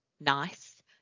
NICE